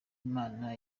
imana